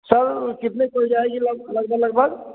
sir कितने की हो जाएगी लग लगभग लगभग